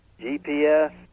gps